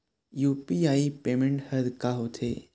UPI payment हर का होते?